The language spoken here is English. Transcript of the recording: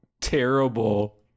terrible